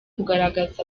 kugaragaza